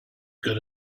good